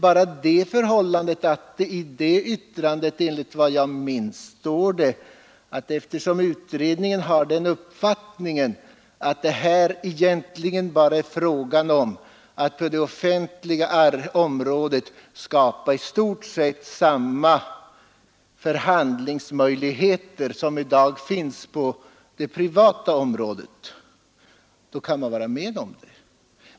I det yttrandet står det emellertid enligt vad jag minns att eftersom utredningen har den uppfattningen att det här egentligen bara är fråga om att på det offentliga området skapa i stort sett samma förhandlingsmöjligheter som i dag finns på det privata området kan man vara med om det.